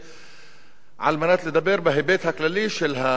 על מנת לדבר בהיבט הכללי של המכות הכלכליות,